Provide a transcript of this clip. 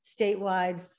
statewide